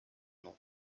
nom